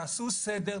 תעשו סדר,